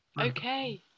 Okay